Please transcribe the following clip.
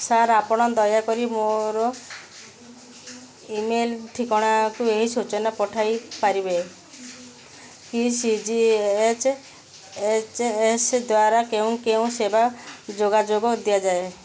sir ଆପଣ ଦୟାକରି ମୋର ଇ ମେଲ୍ ଠିକଣାକୁ ଏହି ସୂଚନା ପଠାଇପାରିବେ କି C G H H S ଦ୍ୱାରା କେଉଁ କେଉଁ ସେବା ଯୋଗା ଯୋଗ ଦିଆଯାଏ